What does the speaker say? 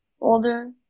older